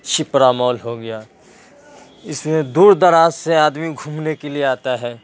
Shipra mall ہو گیا اس میں دور دراز سے آدمی گھومنے کے لیے آتا ہے